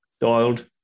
dialed